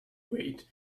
wait